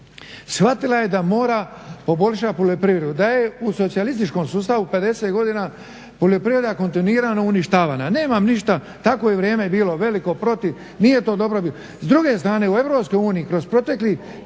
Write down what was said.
shvatila je da mora poboljšat poljoprivredu, da je u socijalističkom sustavu 50 godina poljoprivreda kontinuirano uništavana. Nemam ništa, takvo je vrijeme bilo veliko protiv. Nije to dobro bilo. S druge stran, u EU kroz proteklih